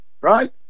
right